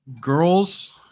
girls